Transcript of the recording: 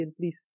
Please